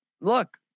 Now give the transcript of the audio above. look